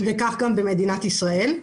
וכך גם במדינת ישראל.